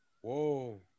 Whoa